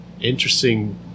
interesting